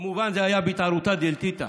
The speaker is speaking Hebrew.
כמובן זה היה באתערותא דלתתא